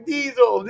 Diesel